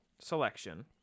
selection